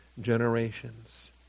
generations